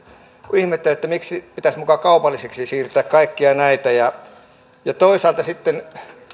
miksi pitäisi muka kaupallisiksi siirtää kaikkia näitä toisaalta sitten